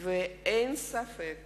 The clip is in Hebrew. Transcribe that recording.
ואין ספק